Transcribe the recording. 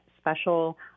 special